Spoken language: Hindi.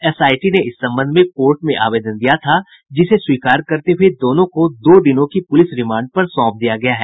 एसआईटी ने इस संबंध में कोर्ट में आवेदन दिया था जिसे स्वीकार करते हुये दोनों को दो दिनों की पुलिस रिमांड पर सौंप दिया गया है